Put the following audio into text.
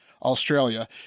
Australia